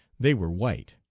they were white.